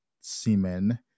semen